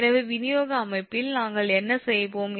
எனவே விநியோக அமைப்பில் நாங்கள் என்ன செய்வோம்